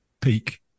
peak